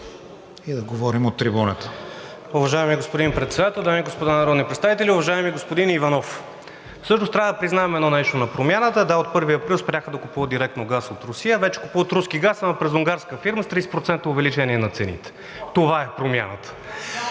и да говорим от трибуната.